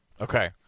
Okay